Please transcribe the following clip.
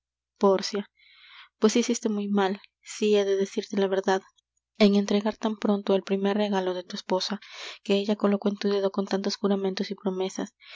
pórcia pues hiciste muy mal si he de decirte la verdad en entregar tan pronto el primer regalo de tu esposa que ella colocó en tu dedo con tantos juramentos y promesas